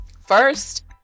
first